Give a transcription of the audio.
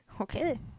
Okay